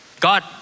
God